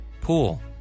Pool